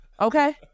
okay